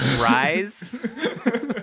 Rise